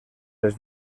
les